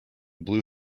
blue